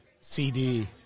CD